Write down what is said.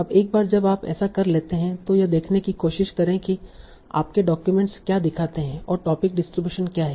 अब एक बार जब आप ऐसा कर लेते हैं तो यह देखने की कोशिश करें कि आपके डाक्यूमेंट्स क्या दिखाते हैं और टोपिक डिस्ट्रीब्यूशन क्या हैं